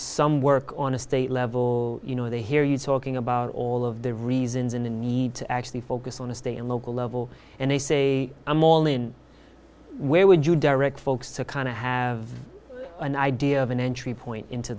some work on a state level you know they hear you talking about all of the reasons in the need to actually focus on the state and local level and they see a more where would you direct folks to kind of have an idea of an entry point into